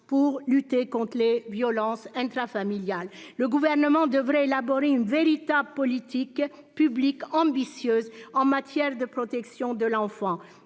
pour lutter contre les violences intrafamiliales. Le Gouvernement devrait élaborer une véritable politique publique ambitieuse en matière de protection de l'enfance.